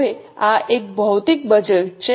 હવે આ એક ભૌતિક બજેટ છે